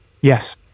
Yes